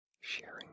sharing